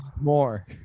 more